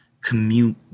commute